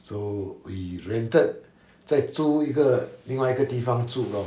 so we rented 再租一个另外一个地方住 lor